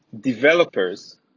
developers